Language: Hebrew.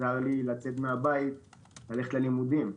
עזר לי לצאת מהבית ללכת ללימודים.